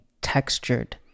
textured